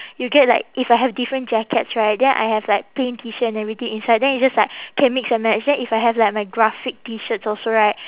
you get like if I have different jackets right then I have like plain T shirt and everything inside then it's just like can mix and match then if I have like my graphic T shirts also right